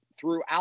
throughout